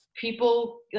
people